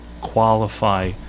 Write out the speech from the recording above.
qualify